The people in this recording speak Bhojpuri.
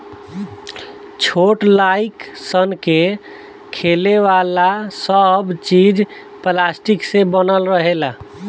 छोट लाइक सन के खेले वाला सब चीज़ पलास्टिक से बनल रहेला